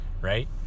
right